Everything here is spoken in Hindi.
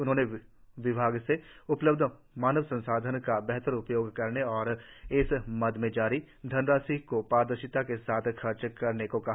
उन्होंने विभाग से उपलब्ध मानव संसाधन का बेहतर उपयोग करने और इस मद में जारी धनराशि को पारदर्शिता के साथ खर्च करने को कहा